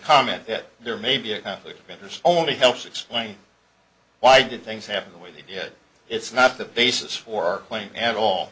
comment that there may be a conflict of interest only helps explain why did things happen the way they did it's not the basis for playing at all